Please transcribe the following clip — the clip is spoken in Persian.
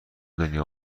دنیا